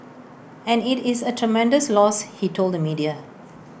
and IT is A tremendous loss he told the media